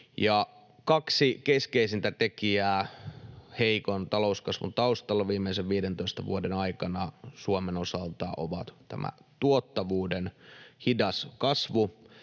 Kaksi keskeisintä tekijää heikon talouskasvun taustalla viimeisen 15 vuoden aikana Suomen osalta ovat olleet tuottavuuden hidas kasvu